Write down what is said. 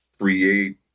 create